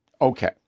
Okay